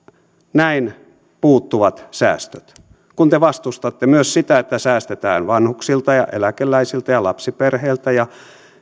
näin puuttuvat säästöt kun te vastustatte myös sitä että säästetään vanhuksilta ja eläkeläisiltä ja lapsiperheiltä ja